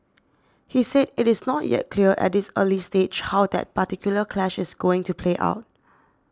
he said it is not yet clear at this early stage how that particular clash is going to play out